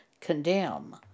condemn